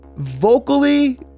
Vocally